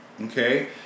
okay